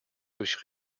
durch